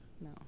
No